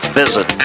visit